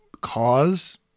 cause